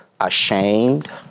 ashamed